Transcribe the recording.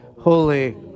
Holy